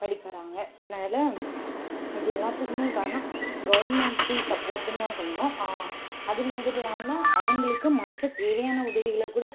படிக்கிறாங்க அதனால இது எல்லாத்துக்குமே காரணம் கவுர்மெண்ட் ஃபுல் சப்போர்ட்ன்னு தான் சொல்லணும் அது மாதிரி இல்லாமல் அவங்களுக்கு மற்ற தேவையான உதவிகளை கூட